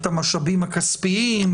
את המשאבים הכספיים,